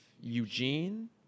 eugene